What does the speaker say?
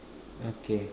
okay